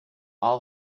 all